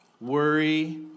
worry